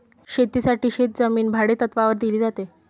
शेतीसाठी शेतजमीन भाडेतत्त्वावर दिली जाते